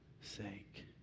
sake